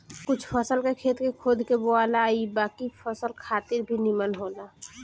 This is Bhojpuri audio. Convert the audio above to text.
कुछ फसल के खेत के खोद के बोआला आ इ बाकी फसल खातिर भी निमन होला